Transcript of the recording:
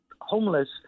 homeless